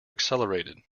accelerated